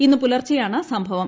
ഇന്ന് പുലർച്ചെയാണ് സംഭവം